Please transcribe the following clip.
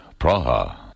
Praha